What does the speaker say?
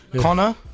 Connor